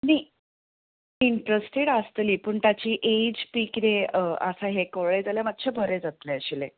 न्हय इन्ट्रेस्टेड आसतली पूण ताजी एज बी कितें आसा हें कळ्ळें जाल्यार मातशें बरें जातलें आशिल्लें